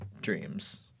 dreams